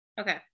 Okay